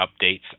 updates